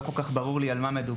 לא כל כך ברור לי על מה מדובר.